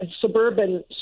suburban